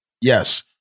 Yes